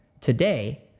today